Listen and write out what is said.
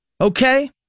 okay